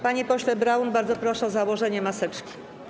Panie pośle Braun, bardzo proszę o założenie maseczki.